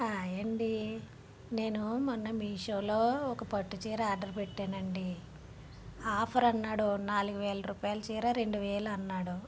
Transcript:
hi అండి నేను మొన్న మీషోలో ఒక పట్టు చీర ఆర్డరు పెట్టానండి ఆఫర్ అన్నాడు నాలుగువేల రూపాయల చీర రెండువేలు అన్నాడు